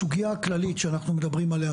הסוגייה הכללית שאנחנו מדברים עליה,